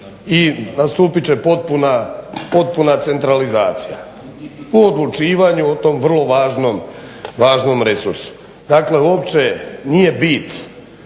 i nastupit će potpuna centralizacija u odlučivanju o tom vrlo važnom resursu. Dakle uopće nije bit,